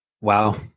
Wow